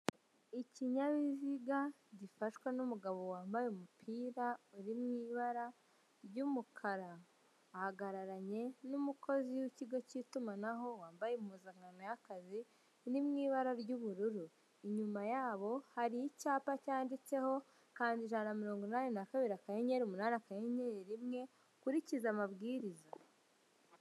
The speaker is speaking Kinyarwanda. Ikinyabiziga gifashwe n' umugabo wambaye umupira uri mu ibara ry' umukara, ahagararanye n'umukozi w' ikigo cy' itumanaho wambaye impuzangano y'akazi iri mu ibara ry' ubururu, inyuma yabo hari icyapa cyanditseho kanda ijana na mirongo inani na kabiri, akanyenyeri umunani akanyenyeri rimwe ukurikize amabwiriza.